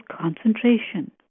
concentration